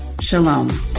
Shalom